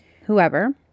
whoever